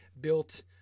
built